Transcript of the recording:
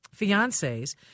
fiancés